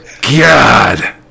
God